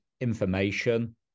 information